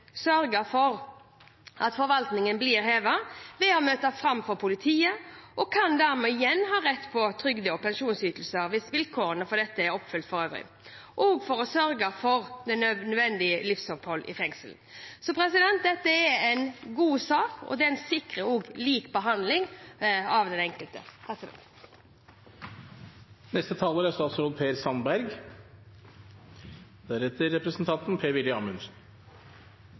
sørge for at forvaltningen blir opphevet, ved å møte fram for politiet, og kan dermed igjen ha rett på trygde- og pensjonsytelser hvis vilkårene for dette er oppfylt for øvrig, for å sørge for nødvendig livsopphold i fengsel. Dette er en god sak, og den sikrer også lik behandling av de enkelte. Det er